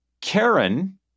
Karen